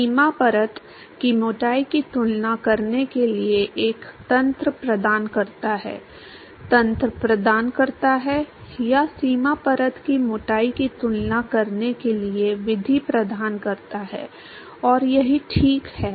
सीमा परत की मोटाई की तुलना करने के लिए एक तंत्र प्रदान करता है तंत्र प्रदान करता है या सीमा परत की मोटाई की तुलना करने के लिए विधि प्रदान करता है और यहीं ठीक है